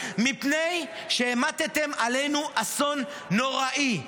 מפני שהמטתם עלינו אסון נוראי.